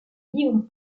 livres